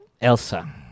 Elsa